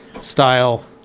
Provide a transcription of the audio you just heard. style